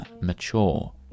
mature